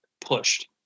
pushed